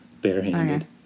barehanded